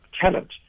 talent